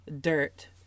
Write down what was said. dirt